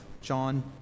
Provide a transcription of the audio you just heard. John